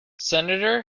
senator